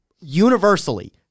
universally